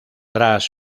tras